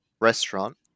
restaurant